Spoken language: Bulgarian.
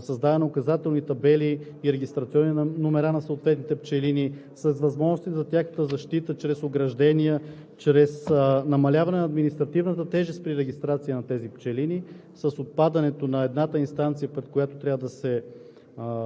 създаване указателни табели и регистрационни номера на съответните пчелини, с възможностите за тяхната защита чрез ограждения, чрез намаляване на административната тежест при регистрация на пчелините, с отпадането на едната инстанция, пред която трябва да се